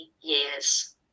years